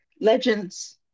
legends